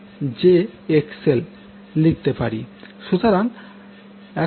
সুতরাং আমরা এখন I এর মান পেয়েছি